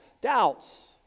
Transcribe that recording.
doubts